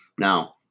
Now